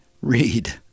read